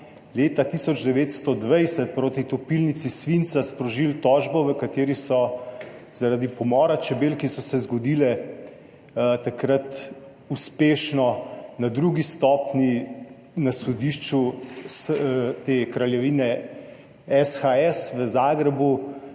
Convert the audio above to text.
leta 1920 proti topilnici svinca sprožili tožbo, v kateri so zaradi pomora čebel, ki se je zgodil, takrat uspešno na drugi stopnji na sodišču Kraljevine SHS v Zagrebu